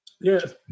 Yes